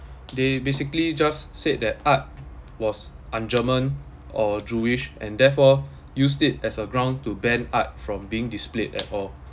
they basically just said that art was ungerman or jewish and therefore used it as a ground to ban art from being displayed at all